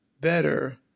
better